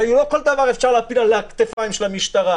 הרי לא כל דבר אפשר להפיל על הכתפיים של המשטרה.